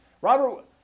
robert